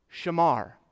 shamar